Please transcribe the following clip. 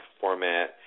format